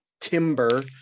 timber